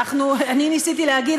ניסיתי להגיד,